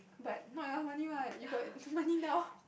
but not a lot money what you got so money now